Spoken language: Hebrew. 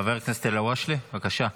חבר הכנסת אלהואשלה, בבקשה.